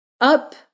up